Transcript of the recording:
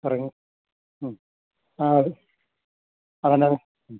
കുറവ് ഉം ആ അത് അതങ്ങനെ ഉം